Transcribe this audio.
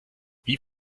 wie